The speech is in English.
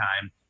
time